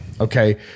Okay